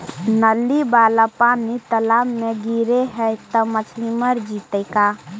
नली वाला पानी तालाव मे गिरे है त मछली मर जितै का?